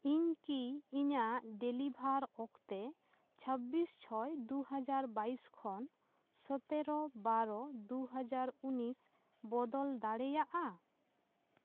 ᱤᱧ ᱠᱤ ᱤᱧᱟᱹᱜ ᱰᱮᱞᱤᱵᱷᱟᱨ ᱚᱠᱛᱮ ᱪᱷᱟᱵᱽᱵᱤᱥ ᱪᱷᱚᱭ ᱫᱩᱦᱟᱡᱟᱨ ᱵᱟᱭᱤᱥ ᱠᱷᱚᱱ ᱥᱚᱛᱮᱨᱚ ᱵᱟᱨᱚ ᱫᱩᱦᱟᱡᱟᱨ ᱩᱱᱤᱥ ᱵᱚᱫᱚᱞ ᱫᱟᱲᱮᱭᱟᱜᱼᱟ